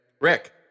Rick